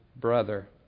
brother